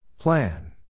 Plan